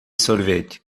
sorvete